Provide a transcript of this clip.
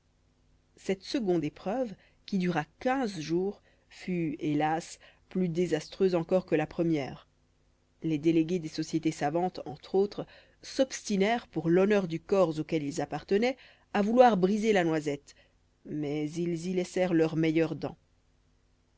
cette seconde épreuve qui dura quinze jours fut hélas plus désastreuse encore que la première les délégués des sociétés savantes entre autres s'obstinèrent pour l'honneur du corps auquel ils appartenaient à vouloir briser la noisette mais ils y laissèrent leurs meilleures dents